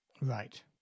Right